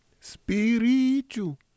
Spiritual